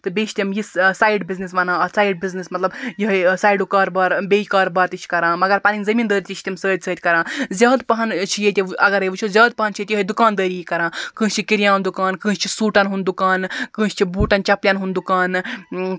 تہٕ بیٚیہِ چھِ تِم یہِ سایڈ بِزنٮ۪س وَنان اتھ سایڈ بِزنٮ۪س مَطلَب یِہے سایڈُک کار بار بیٚیہِ کار بار تہِ چھِ کَران مگر پنٕنۍ زمیٖن دٲری تہِ چھِ تِم سۭتۍ سۭتۍ کَران زیاد پَہَن چھِ ییٚتہِ اَگَرے وچھو زیاد پَہَن چھِ ییٚتہِ یِہے دُکان دٲری کَران کٲنٛسہِ چھ کِریان دُکان کٲنٛسہِ چھ سوٗٹَن ہُنٛد دُکان کٲنٛسہِ چھُ بوٗٹَن چَپنٮ۪ن ہُنٛد دُکان